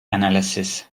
analysis